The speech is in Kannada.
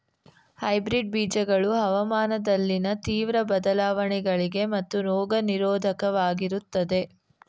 ಹೈಬ್ರಿಡ್ ಬೀಜಗಳು ಹವಾಮಾನದಲ್ಲಿನ ತೀವ್ರ ಬದಲಾವಣೆಗಳಿಗೆ ಮತ್ತು ರೋಗ ನಿರೋಧಕವಾಗಿರುತ್ತವೆ